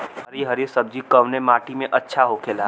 हरी हरी सब्जी कवने माटी में अच्छा होखेला?